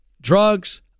drugs